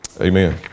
Amen